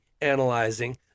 analyzing